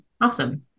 awesome